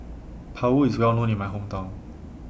Paru IS Well known in My Hometown